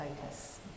focus